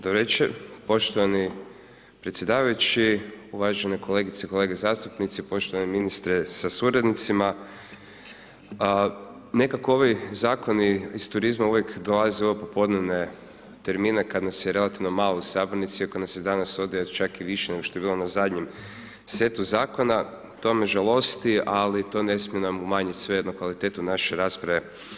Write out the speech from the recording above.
Dobar večer poštovani predsjedavajući, uvažene kolegice i kolege zastupnici, poštovani ministre sa suradnicima, nekako ovi zakoni iz turizma uvijek dolaze u ove popodnevne termine kad nas je relativno malo u sabornici iako nas je danas ovdje čak i više nego što je bilo na zadnjem setu zakona, to me žalosti, ali to ne smije nam umanjit svejedno kvalitetu naše rasprave.